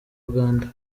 uganda